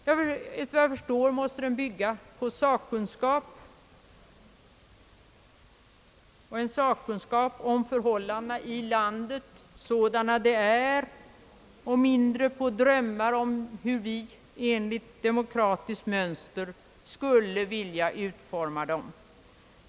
Efter vad jag förstår måste den bygga på sakkunskap bl.a. om förhållandena i landet sådana de är och mindre på drömmar om hur vi enligt demokratiskt mönster skulle vilja utforma dem.